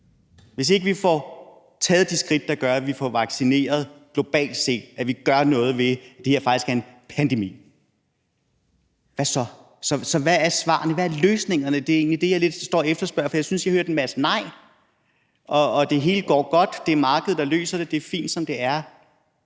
Hvis ikke vi får taget de skridt, der gør, at vi får vaccineret globalt set, at vi gør noget ved, at det faktisk er en pandemi, hvad så? Så hvad er svarene, og hvad er løsningerne? Det er egentlig det, jeg lidt står og efterspørger, for jeg synes, at jeg hørte en masse nej, og at det hele går godt, og at det er markedet, der løser det, og at det er fint, som det er.